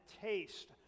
taste